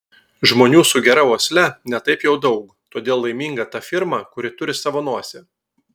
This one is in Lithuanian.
žmonių sugeria uosle ne taip jau daug todėl laiminga ta firma kuri turi savo nosį